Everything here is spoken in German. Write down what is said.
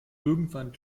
irgendwann